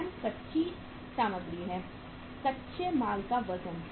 WRM कच्ची सामग्री है कच्चे माल का वजन